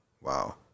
wow